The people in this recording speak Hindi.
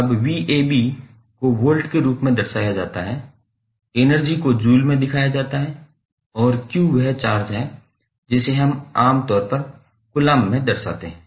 अब को वोल्ट के रूप में दर्शाया जाता है एनर्जी को जूल में दर्शाया जाता है और q वह चार्ज है जिसे हम आमतौर पर कूलम्ब में दर्शाते हैं